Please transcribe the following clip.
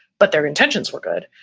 but their intentions were good,